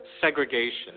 segregation